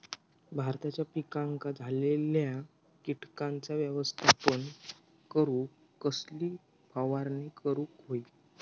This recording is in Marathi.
भाताच्या पिकांक झालेल्या किटकांचा व्यवस्थापन करूक कसली फवारणी करूक होई?